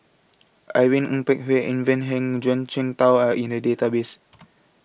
Irene Ng Phek Hoong Ivan Heng and Zhuang Shengtao Are in The Database